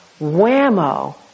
whammo